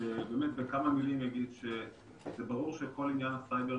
בכמה מילים אגיד שזה ברור שכל עניין הסייבר